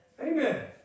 Amen